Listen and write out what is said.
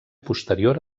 posterior